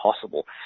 possible